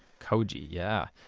koji. yeah.